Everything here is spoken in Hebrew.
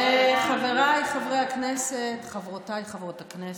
חבריי חברי הכנסת, חברותיי חברות הכנסת,